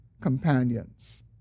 companions